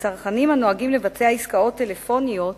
וצרכנים הנוהגים לבצע עסקאות טלפוניות